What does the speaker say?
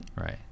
right